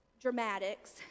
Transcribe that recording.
dramatics